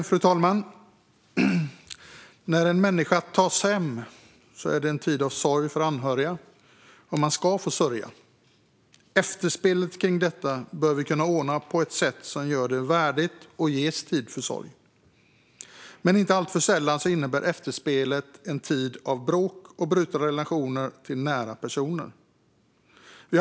Fru talman! När en människa tas hädan är det en tid av sorg för anhöriga. Och man ska få sörja. Efterspelet bör vi kunna ordna på ett värdigt sätt som ger tid för sorg. Men inte alltför sällan är efterspelet en tid av bråk och brutna relationer till nära personer.